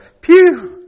pew